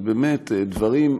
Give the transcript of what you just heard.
באמת, דברים,